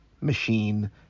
machine